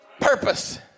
purpose